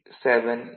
7ஏ